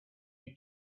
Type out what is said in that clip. you